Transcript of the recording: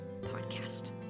podcast